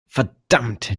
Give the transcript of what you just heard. verdammt